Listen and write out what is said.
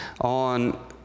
on